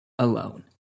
alone